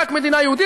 רק מדינה יהודית,